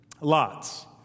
lots